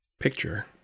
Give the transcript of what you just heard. picture